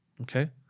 Okay